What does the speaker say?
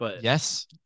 Yes